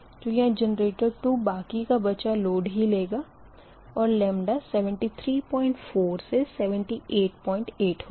तो यहाँ जेनरेटर 2 बाकी का बचा लोड ही लेगा और 734 to 788 होगा